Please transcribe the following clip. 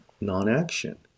non-action